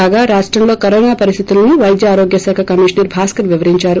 కాగా రాష్టంలో కరోనా పరిస్తితులను వైద్యారోగ్యశాఖ కమిషనర్ భాస్కర్ వివరించారు